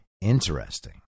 Interesting